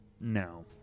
No